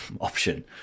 option